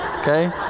Okay